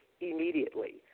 Immediately